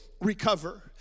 recover